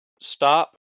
Stop